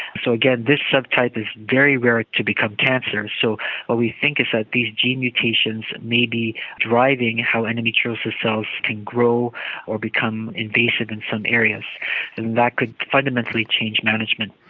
so again, this subtype is very rare to become cancer, so what we think is that these gene mutations may be driving how endometriosis cells can grow or become invasive in some areas, and that could fundamentally change management.